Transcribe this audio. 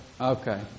Okay